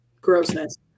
grossness